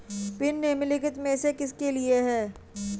Pin निम्नलिखित में से किसके लिए है?